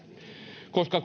koska